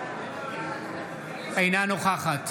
אינה נוכחת